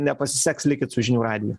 nepasiseks likit su žinių radiju